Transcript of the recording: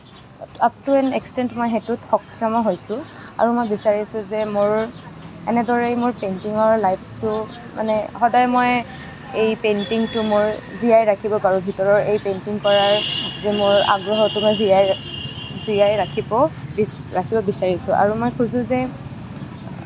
up to an extent মই সেইটোত সক্ষমো হৈছোঁ আৰু মই বিচাৰিছোঁ যে মোৰ এনেদৰেই মোৰ পেইণ্টিঙৰ লাইফটো মানে সদায় মই এই পেইণ্টিংটো মোৰ জীয়াই ৰাখিব পাৰোঁ ভিতৰৰ এই পেইণ্টিং কৰাৰ যি মোৰ আগ্ৰহক মই জীয়াই ৰা জীয়াই ৰাখিব বিচ ৰাখিব বিচাৰিছোঁ আৰু মই খোজোঁ যে